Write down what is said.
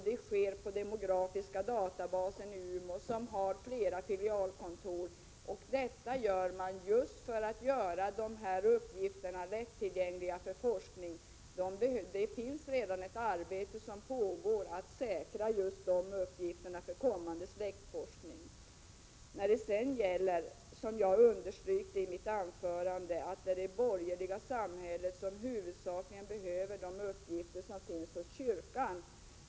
Det sker på Demografiska databasen i Umeå, som har flera filialkontor. Detta gör man just för att göra dessa uppgifter lättillgängliga för forskningen. Det pågår således redan ett arbete för att säkra dessa uppgifter för kommande släktforskning. Sedan till det jag understrukit i mitt anförande om att det är det borgerliga samhället som huvudsakligen behöver de uppgifter som finns hos kyrkan.